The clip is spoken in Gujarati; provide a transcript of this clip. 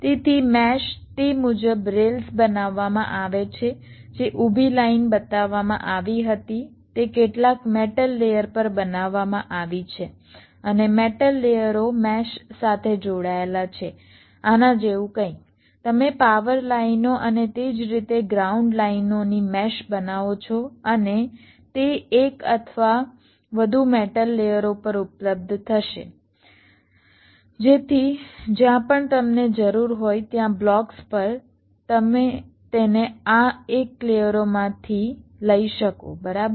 તેથી મેશ તે મુજબ રેલ્સ બનાવવામાં આવે છે જે ઊભી લાઇન બતાવવામાં આવી હતી તે કેટલાક મેટલ લેયર પર બનાવવામાં આવી છે અને મેટલ લેયરો મેશ સાથે જોડાયેલા છે આના જેવું કંઈક તમે પાવર લાઇનો અને તે જ રીતે ગ્રાઉન્ડ લાઇનોની મેશ બનાવો છો અને તે એક અથવા વધુ મેટલ લેયરો પર ઉપલબ્ધ થશે જેથી જ્યાં પણ તમને જરૂર હોય ત્યાં બ્લોક્સ પર તમે તેને આ એક લેયરોમાંથી લઈ શકો બરાબર